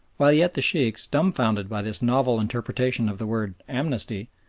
while yet the sheikhs, dumbfoundered by this novel interpretation of the word amnesty,